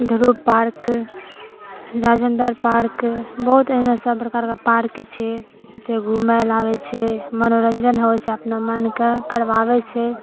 ध्रुव park Rajendra park बहुत एहनसभ प्रकारके पार्क छै जे घुमय लेल आबै छै मनोरञ्जन होइ छै अपना मनके करवाबै छै